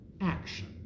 action